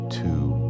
two